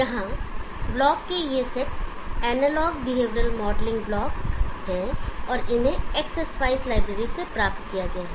यहाँ ब्लॉक के ये set analogue behavioural modelling block हैं और इन्हें Xspice लाइब्रेरी से प्राप्त किया जाता है